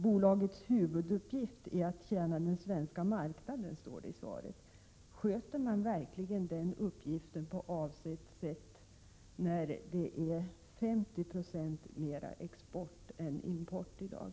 Bolagets huvuduppgift är att tjäna den svenska marknaden, står det i svaret, men sköter man verkligen den uppgiften på avsett sätt när det är 50 96 mera export än import i dag?